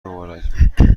مبارک